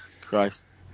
Christ